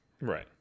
right